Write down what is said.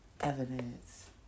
evidence